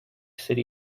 city